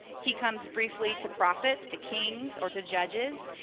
he comes briefly to prophets, to kings or to judges,